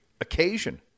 occasion